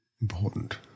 important